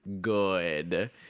good